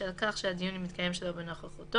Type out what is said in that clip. בשל כך שהדיון מתקיים שלא בנוכחותו,